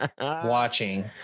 watching